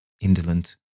indolent